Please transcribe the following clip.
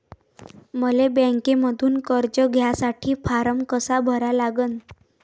मले बँकेमंधून कर्ज घ्यासाठी फारम कसा भरा लागन?